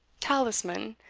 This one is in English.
talisman,